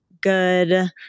good